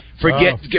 forget